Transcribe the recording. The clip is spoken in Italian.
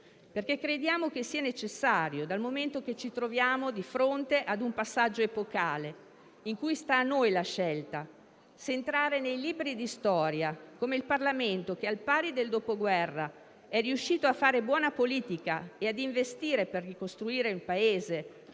crescita. Crediamo che sia necessario poiché ci troviamo di fronte ad un passaggio epocale, in cui sta a noi la scelta se entrare nei libri di storia come il Parlamento che, al pari del Dopoguerra, è riuscito a fare buona politica e ad investire per ricostruire un Paese